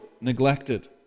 neglected